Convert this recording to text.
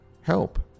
help